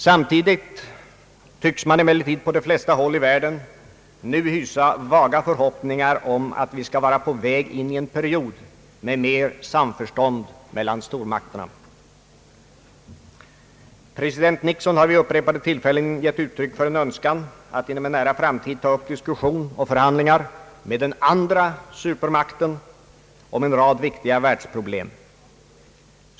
Samtidigt tycks man emellertid på de flesta håll i världen nu hysa vaga förhoppningar om att vi skall vara på väg in i en period med mera samförstånd mellan stormakterna. President Nixon har vid upprepade tillfällen givit uttryck för en önskan att inom en nära framtid ta upp diskussion och förhandlingar med den andra supermakten om en rad viktiga världsproblem.